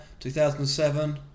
2007